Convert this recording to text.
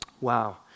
Wow